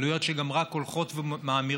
עלויות שגם רק הולכות ומאמירות,